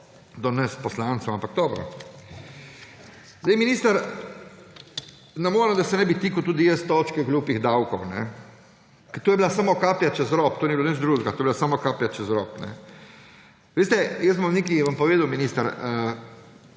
do nas poslancev, ampak dobro. Minister, ne morem, da se ne bi dotikal tudi jaz točke glupih davkov, ker to je bila samo kaplja čez rob, to ni bilo nič drugega, to je bila samo kaplja čez rob. Jaz vam bom nekaj povedal, minister.